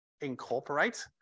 incorporate